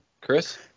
Chris